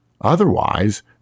Otherwise